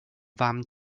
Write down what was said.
fam